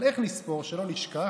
אבל איך נספור שלא נשכח?